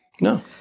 No